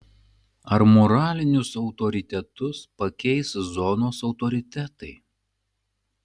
ar moralinius autoritetus pakeis zonos autoritetai